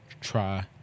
try